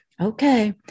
Okay